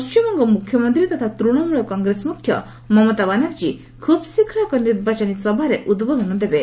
ପଣ୍ଟିମବଙ୍ଗ ମୁଖ୍ୟମନ୍ତ୍ରୀ ତଥା ତୃଣମୂଳ କଂଗ୍ରେସ ମୁଖ୍ୟ ମମତା ବାନାର୍ଜୀ ଖୁବ୍ ଶୀଘ୍ର ଏକ ନିର୍ବାଚନୀ ସଭାରେ ଉଦ୍ବୋଧନ ଦେବେ